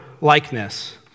likeness